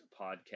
podcast